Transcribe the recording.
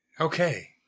Okay